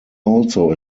also